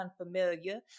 unfamiliar